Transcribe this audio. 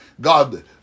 God